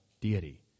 deity